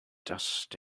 dust